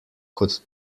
kot